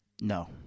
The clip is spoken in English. No